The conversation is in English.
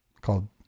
called